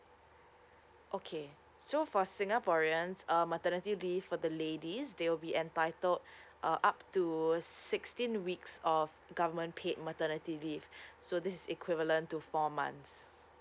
okay so for singaporeans uh maternity leave for the ladies they will be entitled uh up to sixteen weeks of government paid maternity leave so this is equivalent to four months